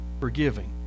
forgiving